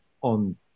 on